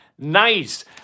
Nice